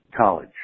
college